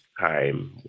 time